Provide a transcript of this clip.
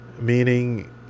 meaning